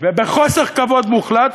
ובחוסר כבוד מוחלט,